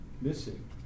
missing